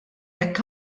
jekk